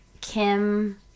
Kim